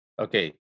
Okay